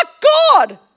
God